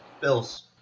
Bills